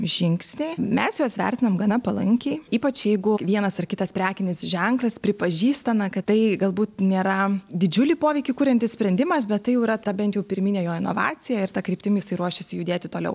žingsniai mes juos vertinam gana palankiai ypač jeigu vienas ar kitas prekinis ženklas pripažįsta na kad tai galbūt nėra didžiulį poveikį kuriantis sprendimas bet tai jau yra ta bent jau pirminė jo inovacija ir ta kryptimi jis ruošiasi judėti toliau